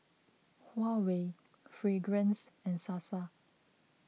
Huawei Fragrance and Sasa